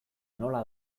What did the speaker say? nola